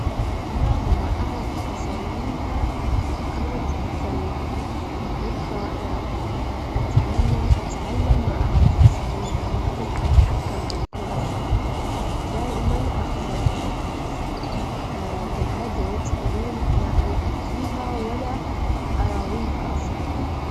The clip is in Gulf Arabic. في مدينتي أتوقع أن الشخص العادي ينفق تقريبًا تلاتين خمسين دينار أسبوعيًا على الطعام، وعلى الأكل مالته، يعني حوالي مية وعشرين لميتين دينار شهريًا كلها مأكولات.